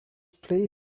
play